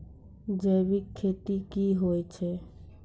जैविक खेती की होय छै?